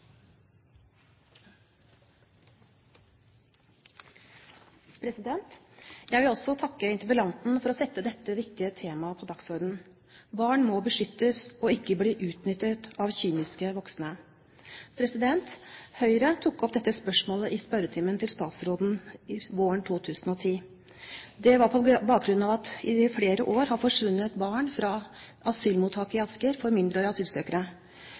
Jeg vil også takke interpellanten for å sette dette viktige temaet på dagsordenen. Barn må beskyttes og ikke bli utnyttet av kyniske voksne. Høyre tok opp dette spørsmålet i en spørretime våren 2010. Det var på bakgrunn av at det i flere år har forsvunnet barn fra asylmottaket i Asker for mindreårige asylsøkere.